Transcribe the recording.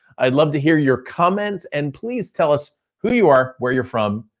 i'd love to hear your comments and please tell us who you are, where you're from,